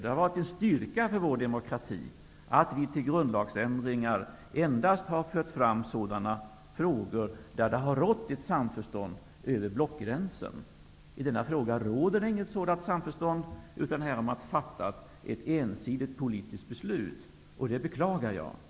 Det har varit en styrka för vår demokrati att vi till grundlagsändringar har fört fram endast sådana frågor om vilka det har rått ett samförstånd över blockgränserna. I denna fråga råder det inte något sådant samförstånd, utan man har fattat ett ensidigt politiskt beslut. Det beklagar jag.